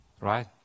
right